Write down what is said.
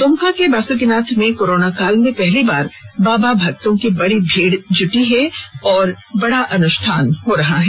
दुमका के बासुकीनाथ में कोराना काल में पहली बार बाबा भक्तों की बड़ी भीड़ जुटी है और बड़ा अनुष्ठान हो रहा है